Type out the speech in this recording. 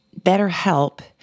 BetterHelp